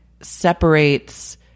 separates